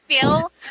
feel